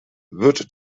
wird